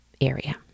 area